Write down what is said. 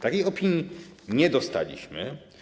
Takiej opinii nie dostaliśmy.